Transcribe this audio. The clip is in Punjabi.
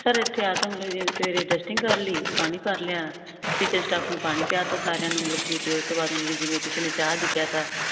ਸਰ ਇੱਥੇ ਆ ਕੇ ਸਵੇਰੇ ਡਸਟਿੰਗ ਕਰ ਲਈ ਪਾਣੀ ਭਰ ਲਿਆ ਸਟਾਫ ਨੂੰ ਪਾਣੀ ਪਿਆ ਤਾ ਸਾਰਿਆਂ ਨੂੰ ਵੀ ਦਿਓ ਉਸ ਤੋਂ ਬਾਅਦ ਜਿਵੇਂ ਕਿਸੇ ਨੇ ਚਾਹ ਦੀ ਕਹਿ ਤਾ